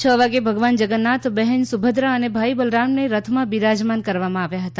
છ વાગે ભગવાન જગન્નાથ બહેન સુભક્રા અને ભાઇ બલરામને રથમાં બિરાજમાન કરવામાં આવ્યા હતા